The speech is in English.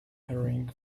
hurrying